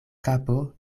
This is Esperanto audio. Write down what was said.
kapo